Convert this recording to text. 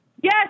Yes